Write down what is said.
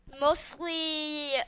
Mostly